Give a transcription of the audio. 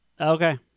Okay